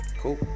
Cool